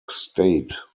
state